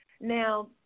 Now